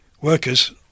workers